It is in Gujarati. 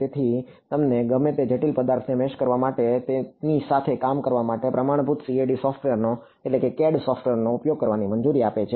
તેથી તે તમને ગમે તે જટિલ પદાર્થને મેશ કરવા અને તેની સાથે કામ કરવા માટે પ્રમાણભૂત CAD સોફ્ટવેરનો ઉપયોગ કરવાની મંજૂરી આપે છે